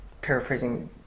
paraphrasing